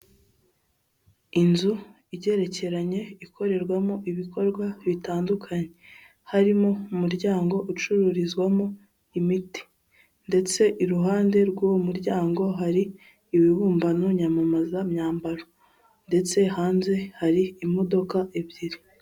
Inzu igerekeranye, ikorerwamo ibikorwa bitandukanye, harimo umuryango ucururizwamo imiti ndetse iruhande rw'uwo muryango hari ibibumbano nyamamazamyambaro ndetse hanze hari imodoka ebyiri.